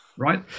Right